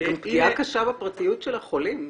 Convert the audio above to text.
זו פגיעה קשה בפרטיות של החולים.